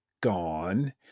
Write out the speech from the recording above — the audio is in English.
gone